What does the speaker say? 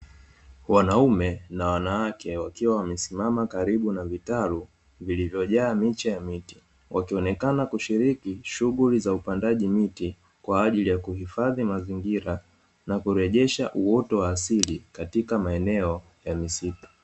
Wanaume na wanawake wakiwa wamesimama karibu na vitalu vilivyojaa miche ya miti, wakionekana kushiriki shughuli za upandaji miti kwa ajili ya kuhifadhi mazingira na kurejesha uoto wa asili katika maeneo ya misitu.